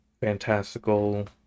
fantastical